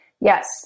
Yes